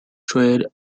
trade